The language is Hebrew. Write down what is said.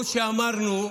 הוא שאמרנו.